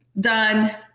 done